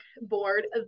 board